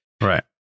Right